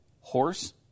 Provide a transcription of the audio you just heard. horse